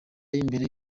y’imbere